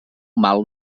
mal